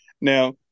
Now